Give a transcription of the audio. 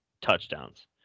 touchdowns